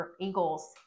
Eagles